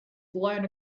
blown